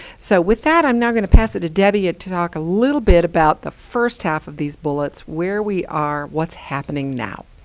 so with that i'm not going to pass it to debbie to talk a little bit about the first half of these bullets, where we are, what's happening now.